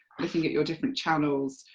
looking at your different channels,